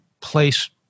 place